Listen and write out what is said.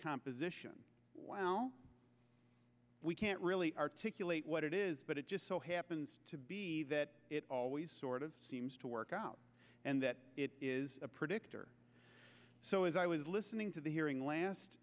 composition well we can't really articulate what it is but it just so happens to be that always sort of seems to work out and that is a predictor so as i was listening to the hearing last